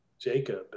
Jacob